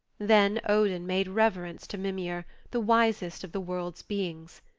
then odin made reverence to mimir, the wisest of the world's beings.